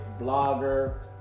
Blogger